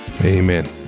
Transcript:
Amen